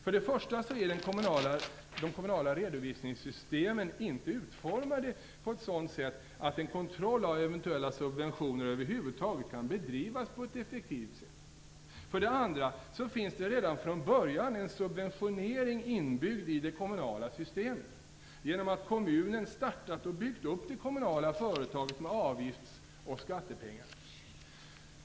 För det första är de kommunala redovisningssystemen inte utformade på ett sådant sätt att en kontroll av eventuella subventioner över huvud taget kan bedrivas på ett effektivt sätt. För det andra finns det redan från början en subventionering inbyggd i det kommunala systemet genom att kommunen startat och byggt upp det kommunala företaget med avgifts och skattepengar.